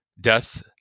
death